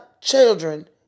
children